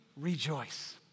rejoice